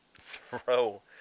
throw